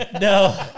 No